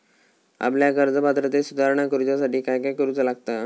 आपल्या कर्ज पात्रतेत सुधारणा करुच्यासाठी काय काय करूचा लागता?